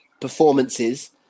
performances